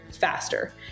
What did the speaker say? faster